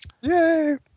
Yay